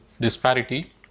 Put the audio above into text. disparity